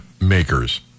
makers